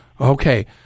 okay